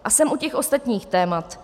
A jsem u těch ostatních témat.